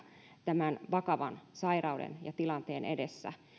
tämän vakavan sairauden ja tilanteen edessä